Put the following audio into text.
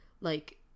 like-